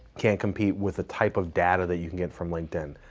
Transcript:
can't compete with the type of data that you can get from linkedin.